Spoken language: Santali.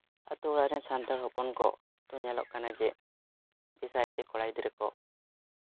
ᱟᱛᱳ ᱚᱲᱟᱜ ᱨᱮ ᱥᱟᱱᱛᱟᱲ ᱦᱚᱯᱚᱱ ᱠᱚ ᱱᱤᱛᱚᱜ ᱧᱮᱞᱚᱜ ᱠᱟᱱᱟ ᱡᱮ ᱵᱤᱥᱮᱥ ᱠᱟᱭᱛᱮ ᱠᱚᱲᱟ ᱜᱤᱫᱽᱨᱟᱹ ᱠᱚ